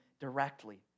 directly